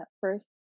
first